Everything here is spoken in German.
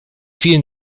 vielen